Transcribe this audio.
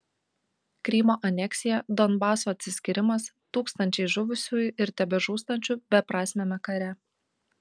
krymo aneksija donbaso atsiskyrimas tūkstančiai žuvusiųjų ir tebežūstančių beprasmiame kare